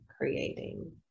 creating